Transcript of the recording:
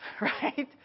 Right